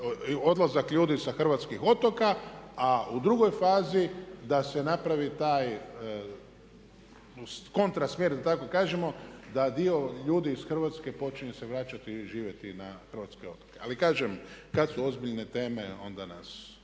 odlazak ljudi sa hrvatskih otoka a u drugoj fazi da se napravi taj kontra smjer da tako kažemo da dio ljudi iz Hrvatske počinju se vraćati i živjeti na hrvatske otoke. Ali kažem kad su ozbiljne teme onda nas,